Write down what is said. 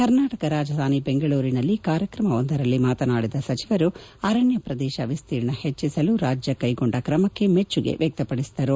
ಕರ್ನಾಟಕ ಕಾಜಧಾನಿ ಬೆಂಗಳೂರಿನಲ್ಲಿ ಕಾರ್ಯಕ್ರಮವೊಂದರಲ್ಲಿ ಮಾತನಾಡಿದ ಸಚಿವರು ಅರಣ್ಯ ಪ್ರದೇಶ ವಿಸ್ತೀರ್ಣ ಹೆಚ್ಚಿಸಲು ರಾಜ್ಯ ಕೈಗೊಂಡ ಕ್ರಮಕ್ಕೆ ಮೆಚ್ಚುಗೆ ವ್ಯಕ್ತಪಡಿಸಿದರು